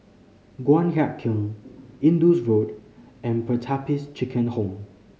Guan Huat Kiln Indus Road and Pertapis Children Home